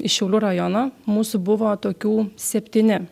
iš šiaulių rajono mūsų buvo tokių septyni